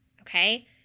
okay